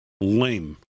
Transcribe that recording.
lame